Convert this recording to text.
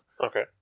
Okay